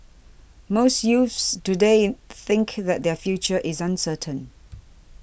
most youths today in think that their future is uncertain